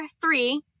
three